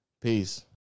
Peace